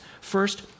First